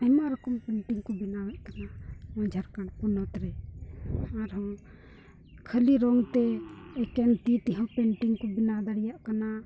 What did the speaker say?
ᱟᱭᱢᱟ ᱨᱚᱠᱚᱢ ᱯᱮᱱᱴᱤᱝ ᱠᱚ ᱵᱮᱱᱟᱣᱮᱫ ᱠᱟᱱᱟ ᱱᱚᱣᱟ ᱡᱷᱟᱲᱠᱷᱚᱸᱰ ᱯᱚᱱᱚᱛ ᱨᱮ ᱟᱨᱦᱚᱸ ᱠᱷᱟᱹᱞᱤ ᱨᱚᱝᱛᱮ ᱮᱠᱮᱱ ᱛᱤ ᱛᱮᱦᱚᱸ ᱯᱮᱱᱴᱤᱝ ᱠᱚ ᱵᱮᱱᱟᱣ ᱫᱟᱲᱮᱭᱟᱜ ᱠᱟᱱᱟ